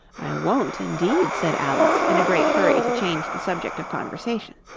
i won't indeed said alice, in a great hurry to change the subject of conversation.